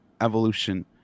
evolution